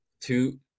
Two